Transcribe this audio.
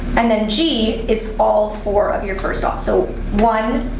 and then g is all four of your first dots so one,